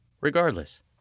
regardless